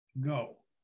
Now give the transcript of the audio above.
go